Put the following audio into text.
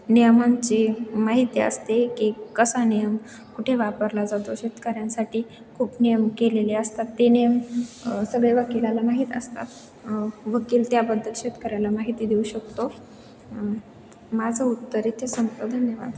नियमांची माहिती असते की कसा नियम कुठे वापरला जातो शेतकऱ्यांसाठी खूप नियम केलेले असतात ते नियम सगळे वकिलाला माहीत असतात वकील त्याबद्दत शेतकऱ्याला माहिती देऊ शकतो माझं उत्तर इथे संपले धन्यवाद